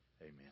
amen